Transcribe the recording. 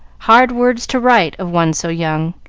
hard words to write of one so young,